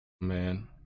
Man